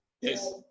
Yes